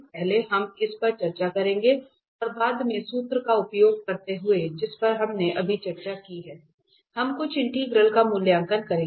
पहले हम इस पर चर्चा करेंगे और बाद में सूत्र का उपयोग करते हुए जिस पर हमने अभी चर्चा की है हम कुछ इंटीग्रल का मूल्यांकन करेंगे